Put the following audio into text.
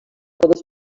dels